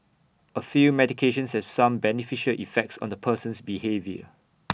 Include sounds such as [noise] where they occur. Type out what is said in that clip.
A few medications have some beneficial effects on the person's behaviour [noise]